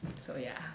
so ya